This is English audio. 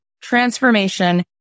transformation